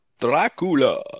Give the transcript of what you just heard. Dracula